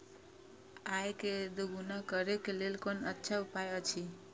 आय के दोगुणा करे के लेल कोन अच्छा उपाय अछि?